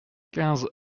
quinze